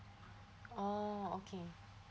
oh okay